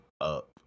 up